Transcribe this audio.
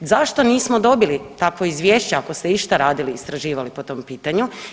Zašto nismo dobili takvo izvješće ako ste išta radili i istraživali po tom pitanju?